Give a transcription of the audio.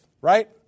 right